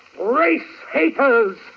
race-haters